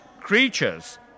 creatures